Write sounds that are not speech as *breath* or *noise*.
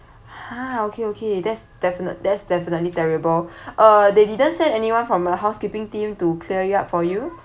!huh! okay okay that's definite~ that's definitely terrible *breath* uh they didn't send anyone from uh housekeeping team to clear it up for you